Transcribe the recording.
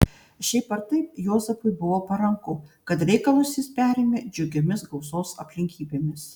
šiaip ar taip juozapui buvo paranku kad reikalus jis perėmė džiugiomis gausos aplinkybėmis